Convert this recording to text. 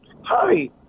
Hi